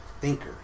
thinker